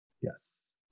Yes